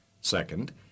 Second